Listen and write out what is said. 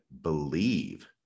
believe